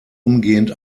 umgehend